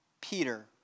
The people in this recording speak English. Peter